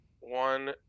one